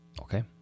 Okay